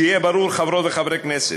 שיהיה ברור, חברות וחברי הכנסת,